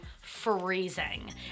freezing